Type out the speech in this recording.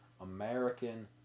american